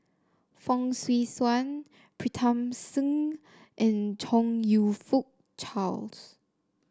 Fong Swee Suan Pritam Singh and Chong You Fook Charles